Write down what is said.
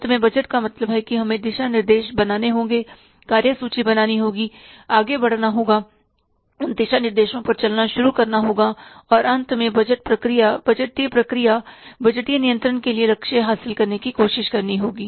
अंत में बजट का मतलब है कि हमें दिशा निर्देश बनाने होंगे कार्य सूची बनानी होगी आगे बढ़ना होगा उन दिशा निर्देशों पर चलना शुरू करना होगा और अंत में बजट प्रक्रिया बजटीय प्रक्रिया बजटीय नियंत्रण के लिए लक्ष्य हासिल करने की कोशिश करनी होगी